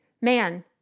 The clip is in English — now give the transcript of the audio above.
man